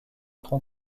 tronc